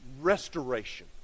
restoration